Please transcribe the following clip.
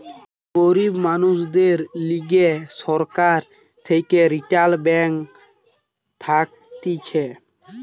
গরিব মানুষদের লিগে সরকার থেকে রিইটাল ব্যাঙ্ক থাকতিছে